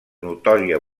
notòria